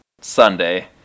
Sunday